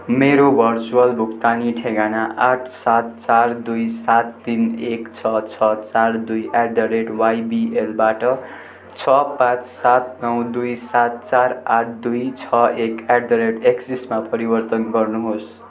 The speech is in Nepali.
मेरो भर्चुवल भुक्तानी ठेगाना आठ सात चार दुई सात तिन एक छ छ चार दुई एट द रेट वाइबिएलबाट छ पाँच सात नौ दुई सात चार आठ दुई छ एक एट द रेट एक्सिसमा परिवर्तन गर्नुहोस्